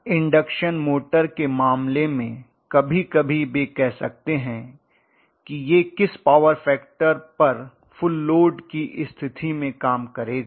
induction motor के मामले में कभी कभी वे कह सकते हैं कि यह किस पावर फैक्टर पर फुल लोड की स्थिति में काम करेगा